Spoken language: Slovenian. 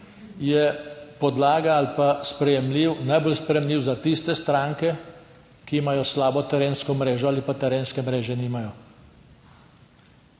je podlaga ali pa sprejemljiv, najbolj sprejemljiv za tiste stranke, ki imajo slabo terensko mrežo ali pa terenske mreže nimajo,